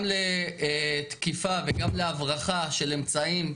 גם לתקיפה וגם להרחבה של אמצעים.